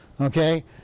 Okay